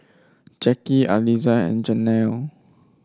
Jacky Aliza and Janell